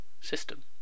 system